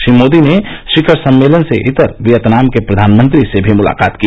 श्री मोदी ने शिखर सम्मेलन से इतर वियतनाम के प्रधानमंत्री से भी मुलाकात की